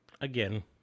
again